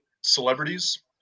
celebrities